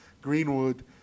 Greenwood